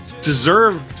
deserved